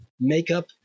makeup